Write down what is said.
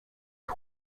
ein